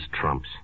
trumps